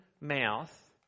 mouth